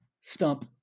stump